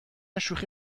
شوخی